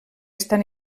estan